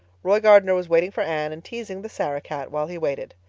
roy gardner was waiting for anne and teasing the sarah-cat while he waited.